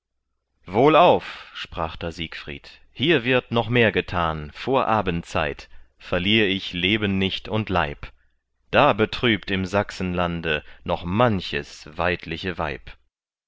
wohlauf sprach da siegfried hier wird noch mehr getan vor abendzeit verlier ich leben nicht und leib da betrübt im sachsenlande noch manches weidliche weib